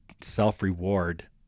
self-reward